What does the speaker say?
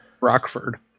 rockford